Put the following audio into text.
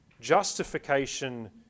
justification